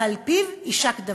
ועל פיו יישק דבר,